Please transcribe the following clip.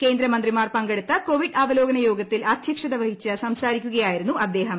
കേന്ദ്രമന്ത്രിമാർ പങ്കെടുത്ത കോവിഡ് അവലോകന യോഗത്തിൽ അധ്യക്ഷത വഹിച്ചു സംസാരിക്കുകയായിരുന്നു അദ്ദേഹം